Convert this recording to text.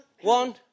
One